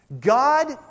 God